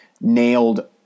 nailed